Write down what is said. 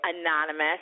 anonymous